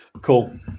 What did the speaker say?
Cool